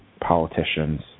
politicians